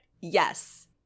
Yes